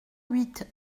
huit